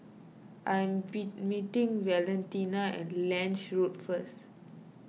I am meeting Valentina at Lange Road first